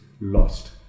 lost